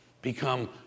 become